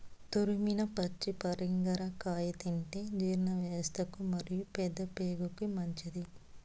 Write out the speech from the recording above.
తురిమిన పచ్చి పరింగర కాయ తింటే జీర్ణవ్యవస్థకు మరియు పెద్దప్రేగుకు మంచిది